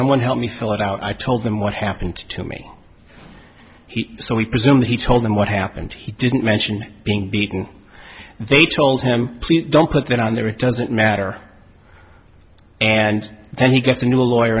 someone help me fill it out i told them what happened to me so we presume he told them what happened he didn't mention being beaten and they told him please don't put that on there it doesn't matter and then he gets a new lawyer